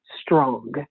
strong